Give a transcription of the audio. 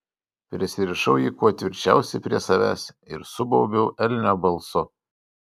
prisirišau jį kuo tvirčiausiai prie savęs ir subaubiau elnio balsu